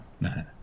no